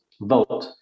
vote